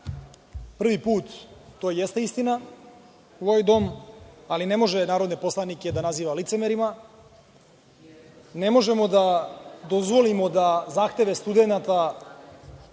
prvi put, to jeste istina, u ovaj dom, ali ne može narodne poslanike da naziva licemerima. Ne možemo da dozvolimo da zahteve studenata